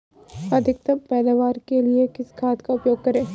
अधिकतम पैदावार के लिए किस खाद का उपयोग करें?